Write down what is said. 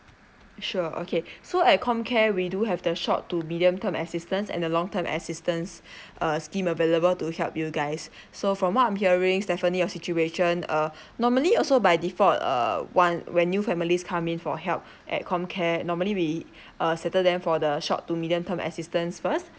sure okay so at comcare we do have the short to medium term assistance and the long time assistance uh scheme available to help you guys so from what I'm hearing Stephanie your situation uh normally also by default uh one when new families come in for help at comcare normally we uh settle them for the short to medium term assistance first